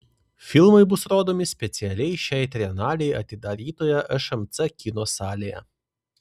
filmai bus rodomi specialiai šiai trienalei atidarytoje šmc kino salėje